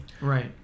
Right